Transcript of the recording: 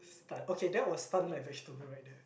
stunned okay that was stunned like vegetable right there